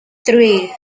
three